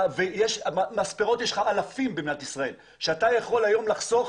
יש לך אלפי מספרות במדינת ישראל ואתה יכול לחסוך